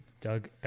Doug